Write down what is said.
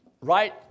Right